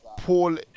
Paul